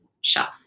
shelf